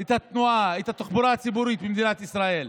את התנועה, את התחבורה הציבורית במדינת ישראל.